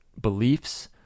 beliefs